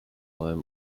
time